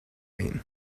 mean